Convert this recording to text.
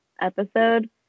Episode